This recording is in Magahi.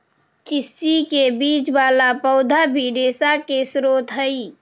तिस्सी के बीज वाला पौधा भी रेशा के स्रोत हई